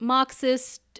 Marxist